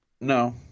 No